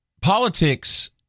politics